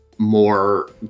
more